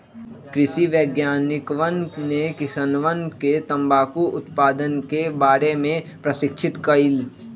कृषि वैज्ञानिकवन ने किसानवन के तंबाकू उत्पादन के बारे में प्रशिक्षित कइल